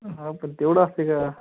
हा पण तेवढं असतं आहे का